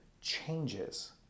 changes